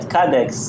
Cadex